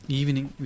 evening